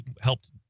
helped